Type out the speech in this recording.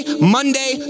Monday